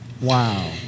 Wow